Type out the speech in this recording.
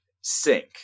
sink